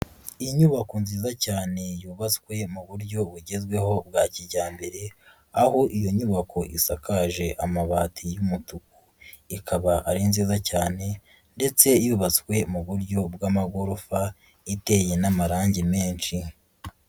Inyubako nziza cyane yubatswe mu buryo bugezweho bwa kijyambere, aho iyo nyubako isakaje amabati y'umutuku, ikaba ari nziza cyane ndetse yubatswe mu buryo bw'amagorofa, iteye n'amarangi menshi.